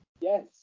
Yes